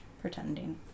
pretending